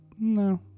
No